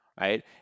right